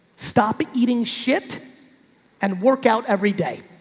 stop eating shit and workout every day.